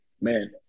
Man